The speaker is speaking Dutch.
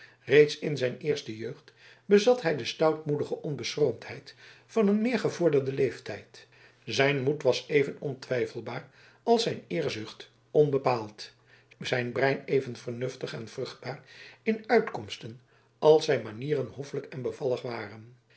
reeds in zijn eerste jeugd bezat hij de stoutmoedige onbeschroomdheid van een meer gevorderden leeftijd zijn moed was even onbetwijfelbaar als zijn eerzucht onbepaald zijn brein even vernuftig en vruchtbaar in uitkomsten als zijn manieren hoffelijk en bevallig waren